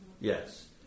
yes